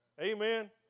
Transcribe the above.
Amen